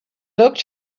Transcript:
looked